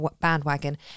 bandwagon